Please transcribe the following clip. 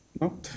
No